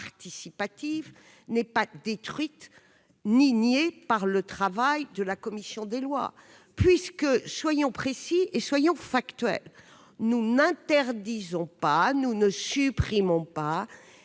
participative n'est ni détruite ni niée par le travail de la commission des lois. Soyons précis et factuels : nous n'interdisons pas et nous ne supprimons pas